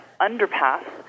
underpass